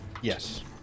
Yes